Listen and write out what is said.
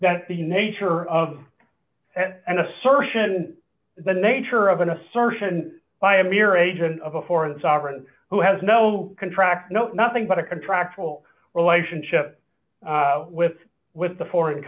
that the nature of and assertion the nature of an assertion by a mere agent of a for the sovereign who has no contract no nothing but a contractual relationship with with the foreign